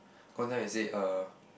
gone one time they say uh